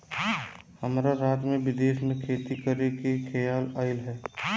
हमरा रात में विदेश में खेती करे के खेआल आइल ह